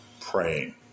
praying